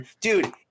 Dude